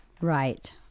Right